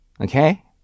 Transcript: Okay